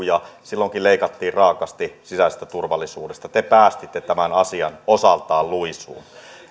ja silloinkin leikattiin raaasti sisäisestä turvallisuudesta te päästitte tämän asian osaltaan luisuun